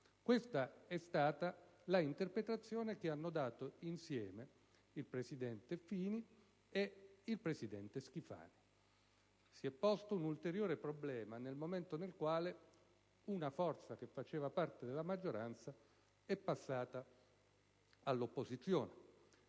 Questa è stata l'interpretazione che hanno dato insieme il presidente Fini e il presidente Schifani. Si è posto un ulteriore problema nel momento in cui una forza politica che faceva parte della maggioranza è passata all'opposizione.